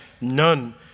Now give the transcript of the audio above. none